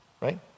right